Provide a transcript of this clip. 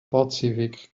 pazifik